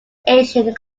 asian